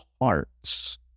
hearts